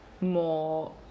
more